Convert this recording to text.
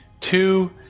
two